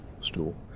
stool